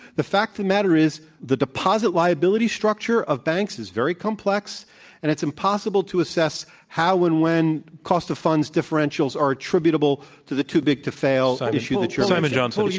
the fact of the matter is the deposit liability structure of banks is very complex and it's impossible to assess how and when cost of funds differentials are attributable to the too big to fail issue that you're simon johnson